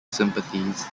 sympathies